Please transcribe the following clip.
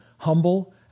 humble